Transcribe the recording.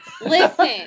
Listen